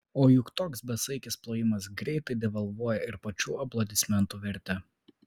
o juk toks besaikis plojimas greit devalvuoja ir pačių aplodismentų vertę